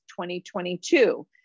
2022